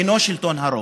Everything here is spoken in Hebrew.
אינו שלטון הרוב.